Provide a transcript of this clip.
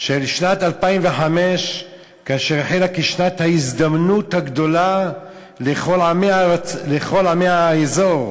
"שנת 2005 החלה כשנת ההזדמנות הגדולה לכל עמי האזור".